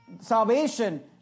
salvation